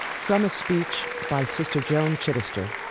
from a speech by sister joan chittister